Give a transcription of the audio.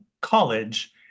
college